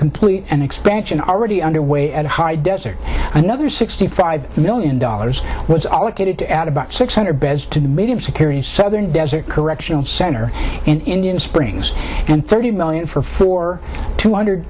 complete an expansion already underway at high desert another sixty five million dollars was all excited to add about six hundred beds to the medium security southern desert correctional center in indian springs and thirty million for four two hund